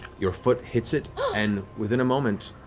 your foot hits it and within a moment,